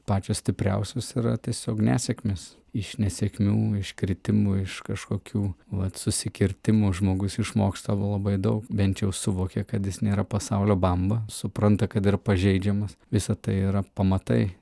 pačios stipriausios yra tiesiog nesėkmės iš nesėkmių iš kritimų iš kažkokių vat susikirtimų žmogus išmoksta la labai daug bent jau suvokia kad jis nėra pasaulio bamba supranta kad yra pažeidžiamas visa tai yra pamatai